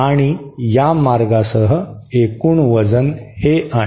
आणि या मार्गासह एकूण वजन हे आहे